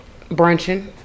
brunching